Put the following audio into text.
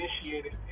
initiated